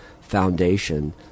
foundation